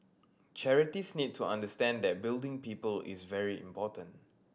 charities need to understand that building people is very important